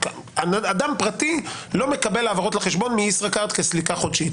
אדם פרטי לא מקבל העברות לחשבון מישראכרט כסליקה חודשית.